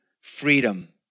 freedom